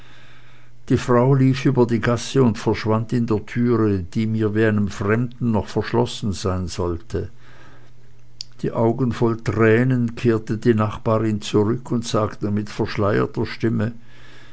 die frau lief über die gasse und verschwand in der türe die mir wie einem fremden noch verschlossen sein sollte die augen voll tränen kehrte die nachbarin zurück und sagte mit verschleierter stimme